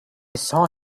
saw